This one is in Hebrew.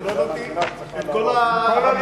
אני לא הבנתי את כל ההמולה.